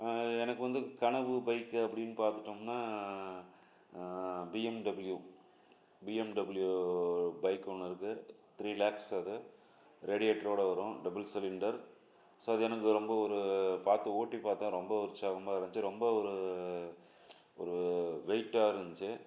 எனக்கு வந்து கனவு பைக்கு அப்படின்னு பார்த்துட்டோம்னா பிஎம்டபுள்யூ பிஎம்டபுள்யூ பைக்கு ஒன்று இருக்குது த்ரீ லேக்ஸ் அது ரேடியேட்ரோட வரும் டபுள் சிலிண்டர் ஸோ அது எனக்கு ரொம்ப ஒரு பார்த்து ஓட்டிப் பார்த்தேன் ரொம்ப உற்சாகமாக இருந்துச்சு ரொம்ப ஒரு ஒரு வெயிட்டாக இருந்துச்சு